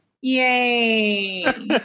Yay